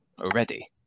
already